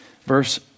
Verse